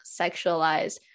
sexualized